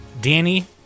Danny